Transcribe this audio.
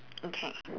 okay